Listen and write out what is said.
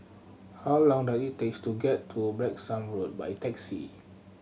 how long does it takes to get to Branksome Road by taxi